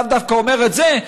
לאו דווקא אומר את זה,